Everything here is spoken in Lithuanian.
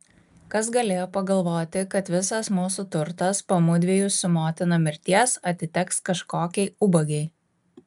kas galėjo pagalvoti kad visas mūsų turtas po mudviejų su motina mirties atiteks kažkokiai ubagei